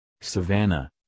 Savannah